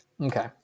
Okay